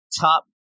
top